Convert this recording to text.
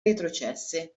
retrocesse